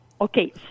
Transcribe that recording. Okay